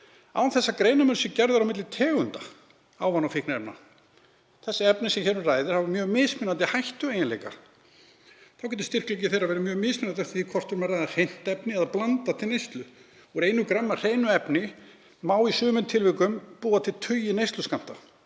án þess að greinarmunur sé gerður á milli tegunda ávana- og fíkniefna. Þessi efni sem hér um ræðir hafa mjög mismunandi hættueiginleika, þá getur styrkleiki þeirra verið mjög mismunandi eftir því hvort um er að ræða „hreint“ efni eða blandað til neyslu. Úr 1 grammi af hreinu efni má í sumum tilvikum búa til tugi neysluskammta.